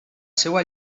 seua